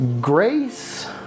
grace